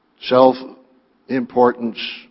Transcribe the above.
self-importance